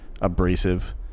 abrasive